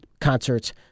concerts